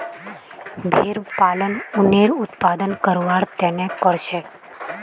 भेड़ पालन उनेर उत्पादन करवार तने करछेक